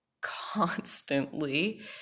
constantly